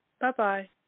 Bye-bye